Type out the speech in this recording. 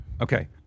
Okay